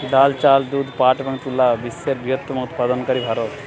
ডাল, চাল, দুধ, পাট এবং তুলা বিশ্বের বৃহত্তম উৎপাদনকারী ভারত